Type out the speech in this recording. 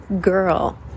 girl